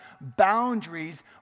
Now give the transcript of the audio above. boundaries